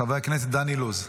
חבר הכנסת דן אילוז,